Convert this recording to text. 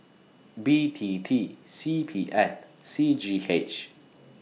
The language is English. B T T C P F C G H